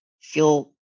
feel